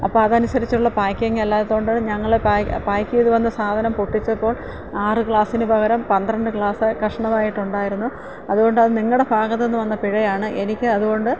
അപ്പം അതനുസരിച്ചുള്ള പാക്കിങ്ങല്ലാത്തോണ്ട് ഞങ്ങൾ പായ് പായ്ക്കെ ചെയ്തു വന്ന സാധനം പൊട്ടിച്ചപ്പോൾ ആറ് ഗ്ലാസിന് പകരം പന്ത്രണ്ട് ഗ്ലാസ് കഷ്ണമായിട്ടുണ്ടായിരുന്നു അത് കൊണ്ട് അത് നിങ്ങളുടെ ഭാഗത്തു നിന്ന് വന്ന പിഴയാണ് എനിക്ക് അതുകൊണ്ട്